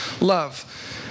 love